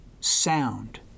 sound